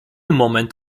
moment